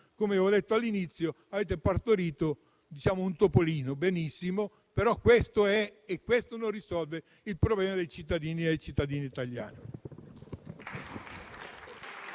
come avevo detto all'inizio, avete partorito un topolino. Va benissimo, ma questo non risolve il problema dei cittadini e delle cittadine italiani.